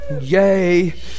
Yay